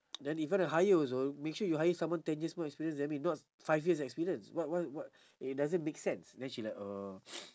then if wanna hire also make sure you hire someone ten years more experience than me not five years experience what what what it doesn't make sense then she like uh